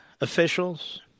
officials